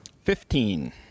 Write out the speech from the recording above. fifteen